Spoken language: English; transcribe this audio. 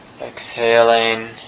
Exhaling